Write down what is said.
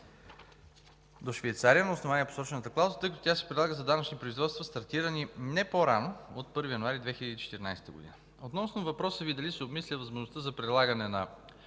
до Швейцария на основание посочената клауза, тъй като тя се прилага за данъчни производства, стартирани не по-рано от 1 януари 2014 г. Относно въпроса Ви дали се обмисля възможността за прилагане на